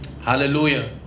Hallelujah